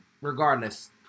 regardless